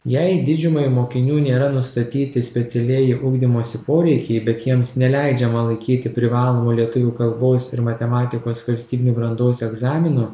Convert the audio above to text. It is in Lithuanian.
jei didžiumai mokinių nėra nustatyti specialieji ugdymosi poreikiai bet jiems neleidžiama laikyti privalomo lietuvių kalbos ir matematikos valstybinių brandos egzaminų